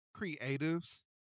creatives